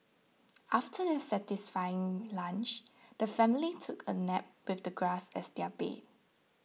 after their satisfying lunch the family took a nap with the grass as their bed